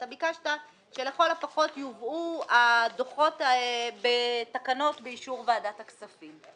שלכל הפחות יובאו הדוחות בתקנות באישור ועדת הכספים.